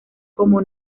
como